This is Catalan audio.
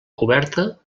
coberta